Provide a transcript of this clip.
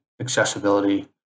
accessibility